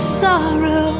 sorrow